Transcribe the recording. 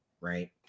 Right